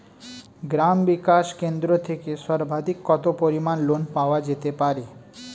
গ্রাম বিকাশ কেন্দ্র থেকে সর্বাধিক কত পরিমান লোন পাওয়া যেতে পারে?